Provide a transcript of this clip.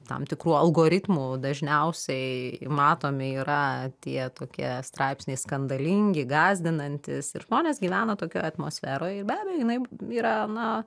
tam tikrų algoritmų dažniausiai matomi yra tie tokie straipsniai skandalingi gąsdinantys ir žmonės gyvena tokioj atmosferoj ir be abejo jinai yra na